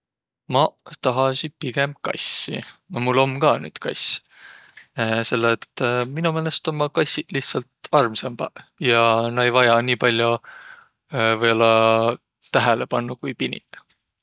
Maq tahasiq pigemb kassi. No mul om ka nüüd kass. Selle et mino meelest ommaq kassiq lihtsält armsambaq. Ja nä ei vajaq nii pall'o või-ollaq tähelepannu, ku piniq.